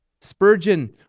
Spurgeon